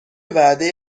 وعده